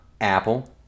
Apple